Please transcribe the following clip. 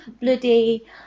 bloody